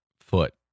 foot